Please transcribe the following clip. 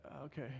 Okay